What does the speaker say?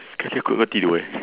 sekali aku ngan kau tidur eh